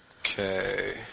Okay